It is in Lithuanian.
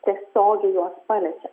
tiesioginiai juos paliečia